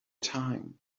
time